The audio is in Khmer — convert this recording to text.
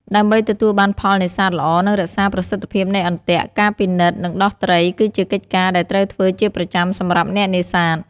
ដើម្បីទទួលបានផលនេសាទល្អ និងរក្សាប្រសិទ្ធភាពនៃអន្ទាក់ ការពិនិត្យនិងដោះត្រីគឺជាកិច្ចការដែលត្រូវធ្វើជាប្រចាំសម្រាប់អ្នកនេសាទ។